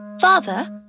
Father